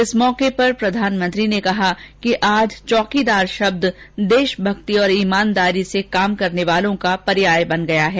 इस मौके पर प्रधानमंत्री ने कहा कि आज चौकीदार शब्द देशभक्ति और ईमानदारी से काम करने वालों का पर्याय बन गया है